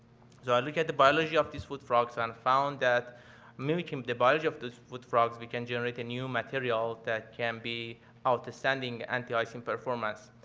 so look at the biology of this wood frogs and found that mimicking the biology of the wood frogs, we can generate a new material that can be outstanding anti-icing performance.